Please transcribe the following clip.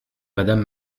madame